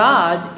God